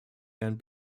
herrn